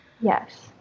Yes